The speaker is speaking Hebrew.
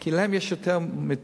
כי להם יש יותר מיטות.